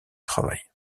travail